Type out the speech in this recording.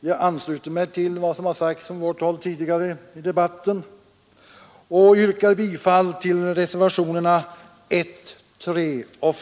Jag ansluter mig till vad som har sagts från vårt håll tidigare i debatten och yrkar bifall till reservationerna I, III och V.